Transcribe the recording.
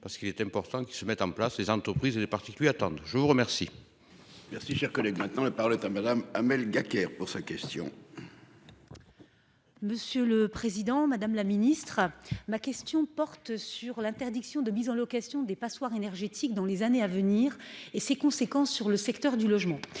parce qu'il est important qu'ils se mettent en place les entreprises et les particuliers attendent. Je vous remercie. Merci cher collègue. Maintenant, la parole est à madame Hamel Gacquerre pour sa question. Monsieur le président, madame la ministre ma question porte sur l'interdiction de mise en location des passoires énergétiques dans les années à venir et ses conséquences sur le secteur du logement.